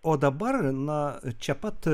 o dabar na čia pat